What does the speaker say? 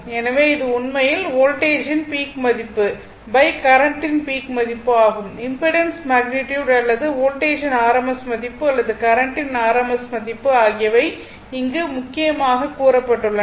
எனவே இது உண்மையில் வோல்டேஜின் பீக் மதிப்பு கரண்ட்டின் பீக் மதிப்பு இம்பிடன்ஸ் மேக்னிட்யுட் அல்லது வோல்டேஜின் rms மதிப்பு அல்லது கரண்ட்டின் rms மதிப்பு ஆகியவை இங்கு முக்கியமாக கூறப்பட்டுள்ளன